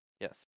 Yes